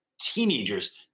teenagers